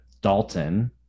Dalton